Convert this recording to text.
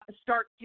start